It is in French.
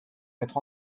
mettre